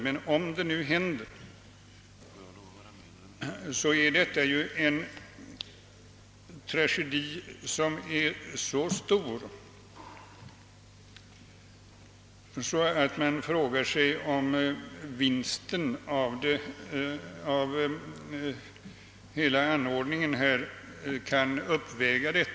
Men om det nu händer, så är detta en tragedi som är så stor, att man kan fråga sig, om vinsten i andra avseenden av hela denna anordning kan uppväga den.